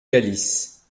galice